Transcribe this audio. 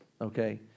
okay